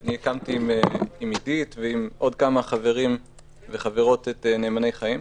אני הקמתי עם עידית סילמן ועם עוד כמה חברים וחברות את "נאמני חיים".